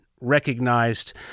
recognized